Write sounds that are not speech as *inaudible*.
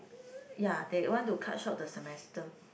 *noise* ya they want to cut short the semester